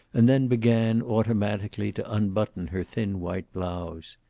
and then began, automatically to unbutton her thin white blouse.